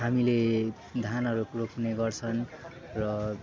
हामीले धानहरू रोप्ने गर्छन् र